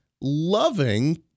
loving